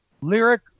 lyric